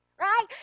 right